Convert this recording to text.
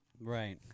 right